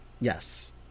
Yes